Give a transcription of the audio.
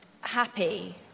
happy